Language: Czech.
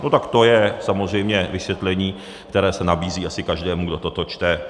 No tak to je samozřejmě vysvětlení, které se nabízí asi každému, kdo toto čte.